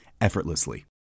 effortlessly